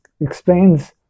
explains